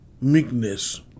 meekness